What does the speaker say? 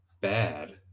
bad